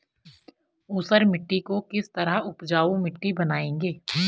ऊसर मिट्टी को किस तरह उपजाऊ मिट्टी बनाएंगे?